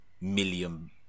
Million